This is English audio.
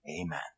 Amen